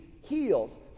heals